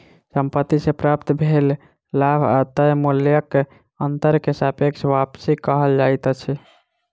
संपत्ति से प्राप्त भेल लाभ आ तय मूल्यक अंतर के सापेक्ष वापसी कहल जाइत अछि